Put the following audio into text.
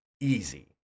easy